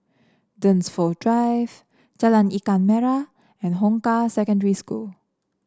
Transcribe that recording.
Dunsfold Drive Jalan Ikan Merah and Hong Kah Secondary School